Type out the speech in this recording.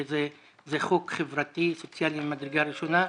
זה חוק חברתי, סוציאלי ממדרגה ראשונה.